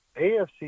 AFC